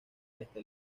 este